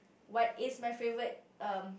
what is my favourite um